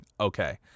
okay